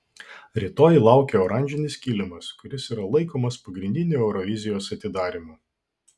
rytoj laukia oranžinis kilimas kuris yra laikomas pagrindiniu eurovizijos atidarymu